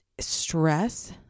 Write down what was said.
stress